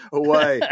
away